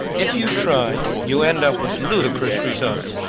if you try you end up with ludicrous results.